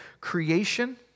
creation